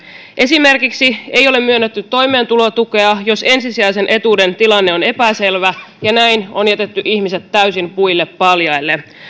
esimerkiksi ei ole myönnetty toimeentulotukea jos ensisijaisen etuuden tilanne on epäselvä ja näin on jätetty ihmiset täysin puille paljaille on